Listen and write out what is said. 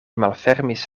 malfermis